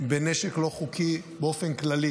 בנשק לא חוקי באופן כללי.